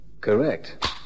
Correct